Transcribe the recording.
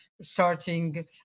starting